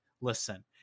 listen